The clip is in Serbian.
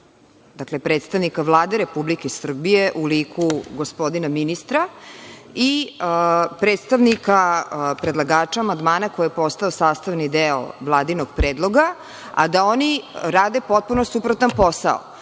predstavnika Vlade RS u liku gospodina ministra i predstavnika predlagača amandmana koji je postao sastavni deo vladinog predloga, a da oni rade potpuno suprotan posao. Dakle,